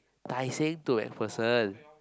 Tai-Seng to MacPherson